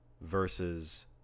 Versus